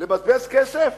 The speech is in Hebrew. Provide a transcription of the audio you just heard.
לבזבז כסף